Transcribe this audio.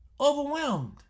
overwhelmed